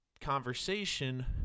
conversation